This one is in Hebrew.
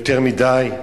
יותר מדי.